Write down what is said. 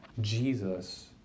Jesus